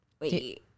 wait